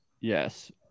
Yes